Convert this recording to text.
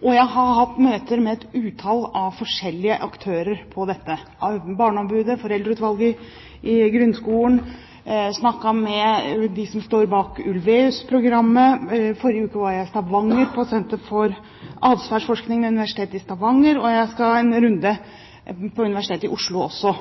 Jeg har hatt møter med et utall av forskjellige aktører på dette: Barneombudet, Foreldreutvalget for grunnskolen, jeg har snakket med dem som står bak Ulweus-programmet, forrige uke var jeg i Stavanger på Senter for atferdsforskning ved Universitetet i Stavanger, og jeg skal en runde på Universitetet i Oslo også